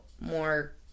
more